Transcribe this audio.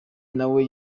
nawe